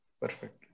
Perfect